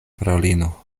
fraŭlino